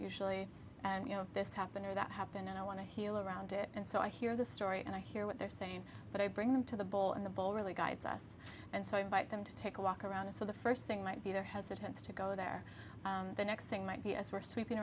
usually and you know if this happened or that happened and i want to heal around it and so i hear the story and i hear what they're saying but i bring them to the ball and the ball really guides us and so invite them to take a walk around it so the first thing might be there has the chance to go there the next thing might be as we're sweeping